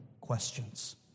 questions